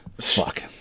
Fuck